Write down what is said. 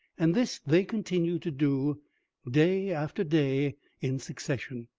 and this they continued to do day after day in succession.